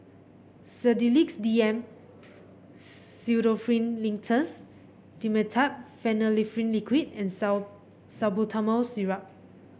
Sedilix D M Pseudoephrine Linctus Dimetapp Phenylephrine Liquid and Salbutamol Syrup